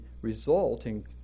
resulting